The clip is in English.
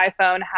iPhone